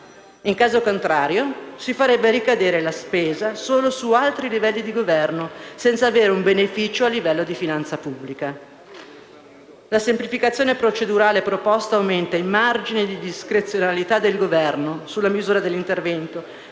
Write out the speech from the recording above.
In caso contrario, si farebbe ricadere la spesa solo su altri livelli di Governo, senza avere un beneficio a livello di finanza pubblica. La semplificazione procedurale proposta aumenta il margine di discrezionalità del Governo sulla misura dell'intervento